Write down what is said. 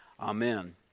Amen